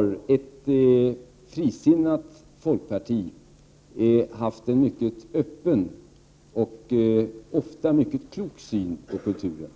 att ett frisinnat folkparti i långa stycken har haft en mycket Allmänpolitisk debatt öppen, och ofta mycket klok, syn på kulturen.